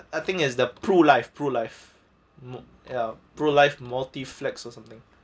I think is the pru life pru life ya pru life multi flex or something